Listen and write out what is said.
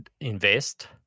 invest